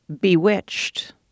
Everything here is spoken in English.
Bewitched